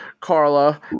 carla